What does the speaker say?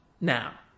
now